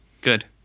Good